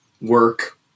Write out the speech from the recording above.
work